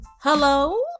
hello